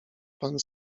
pan